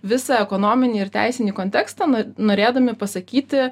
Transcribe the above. visą ekonominį ir teisinį kontekstą no norėdami pasakyti